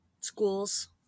schools